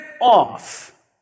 off